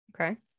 Okay